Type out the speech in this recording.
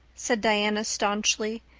said diana stanchly,